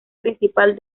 principal